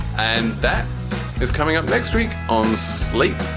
and that is coming up next week on slate.